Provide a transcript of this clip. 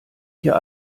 hier